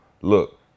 look